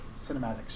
Cinematics